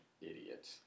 idiot